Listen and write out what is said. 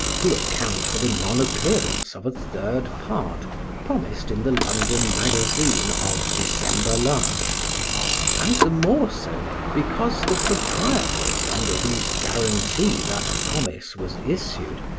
to account for the non-appearance of a third part promised in the london magazine of december last and the more so because the proprietors, under whose guarantee that promise was issued,